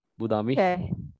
Budami